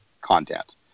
content